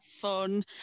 fun